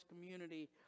community